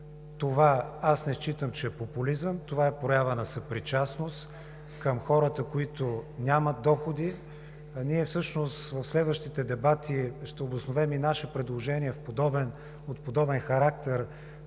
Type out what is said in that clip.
Това не считам, че е популизъм – това е проява на съпричастност към хората, които нямат доходи. Всъщност в следващите дебати ние ще обосновем и наше предложение от подобен характер